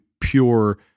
pure